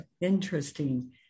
Interesting